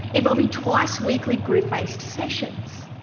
involving twice-weekly group based sessions.